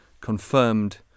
confirmed